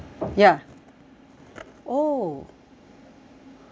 oh